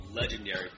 legendary